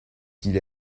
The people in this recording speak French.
qui